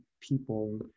people